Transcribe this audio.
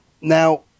Now